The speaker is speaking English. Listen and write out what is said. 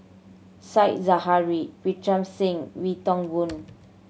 Said Zahari Pritam Singh Wee Toon Boon